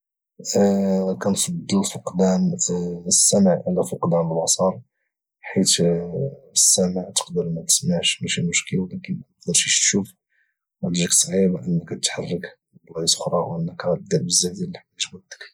كنفضل فقدان السمع على فقدان البصر حيث السمع تقدر ما تسمعش ماشي مشكل ولكن ولكن شوف غاتجيك صعيبه باش تحرك البلايص اخرى ودير بزاف ديال الحوايج بوحدك